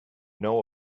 know